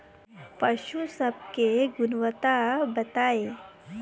पशु सब के गुणवत्ता बताई?